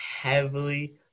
heavily